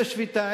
יש שביתה,